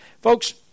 Folks